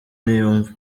ntiyumva